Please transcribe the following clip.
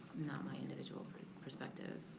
my individual perspective.